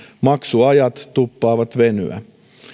maksuajat tuppaavat venyä